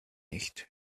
nicht